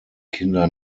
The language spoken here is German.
kinder